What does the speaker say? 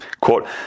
quote